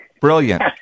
Brilliant